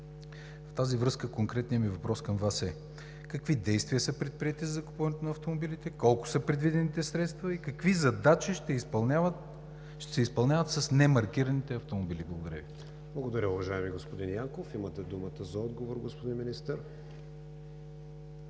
В тази връзка конкретният ми въпрос към Вас е: какви действия са предприети за закупуването на автомобилите, колко са предвидените средства и какви задачи ще изпълняват с немаркираните автомобили? Благодаря Ви. ПРЕДСЕДАТЕЛ КРИСТИАН ВИГЕНИН: Благодаря, уважаеми господин Янков. Имате думата за отговор, господин Министър